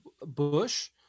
bush